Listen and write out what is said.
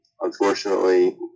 Unfortunately